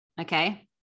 Okay